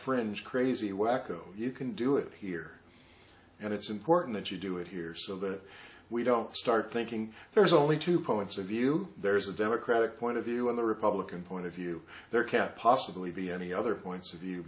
fringe crazy wacko you can do it here and it's important that you do it here so that we don't start thinking there's only two points of view there is a democratic point of view on the republican point of view there can't possibly be any other points of view